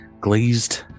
glazed